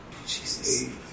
Jesus